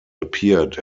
appeared